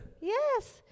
Yes